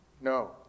No